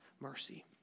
mercy